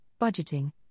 budgeting